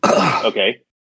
Okay